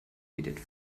edith